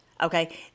Okay